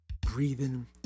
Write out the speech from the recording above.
breathing